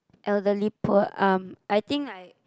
elderly poor um I think I